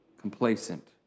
complacent